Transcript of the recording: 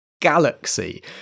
galaxy